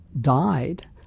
died